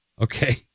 Okay